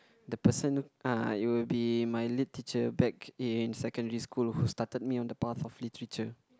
the person uh it will be my lit teacher back in secondary school who started me on the path of literature